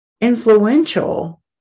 influential